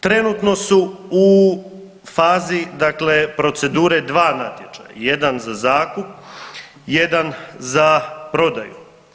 Trenutno su u fazi, dakle procedure dva natječaja, jedan za zakup, jedan za prodaju.